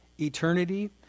eternity